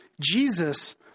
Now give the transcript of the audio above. Jesus